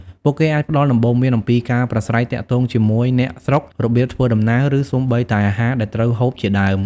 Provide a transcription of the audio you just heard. ពួកគេអាចផ្ដល់ដំបូន្មានអំពីការប្រាស្រ័យទាក់ទងជាមួយអ្នកស្រុក របៀបធ្វើដំណើរ ឬសូម្បីតែអាហារដែលត្រូវហូបជាដើម ។